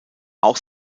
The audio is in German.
auch